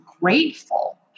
grateful